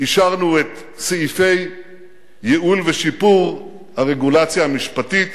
אישרנו את סעיפי הייעול ושיפור הרגולציה הממשלתית.